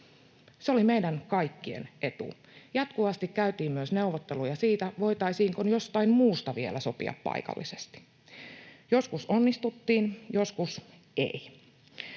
Se oli meidän kaikkien etu. Jatkuvasti käytiin myös neuvotteluja siitä, voitaisiinko jostain muusta vielä sopia paikallisesti. Joskus onnistuttiin, joskus ei.